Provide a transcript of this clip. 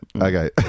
Okay